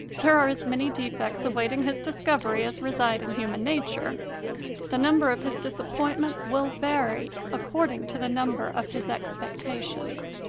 there are as many defects awaiting his discovery as reside in human nature the number of his dis appointments will vary according to the number of his expectations.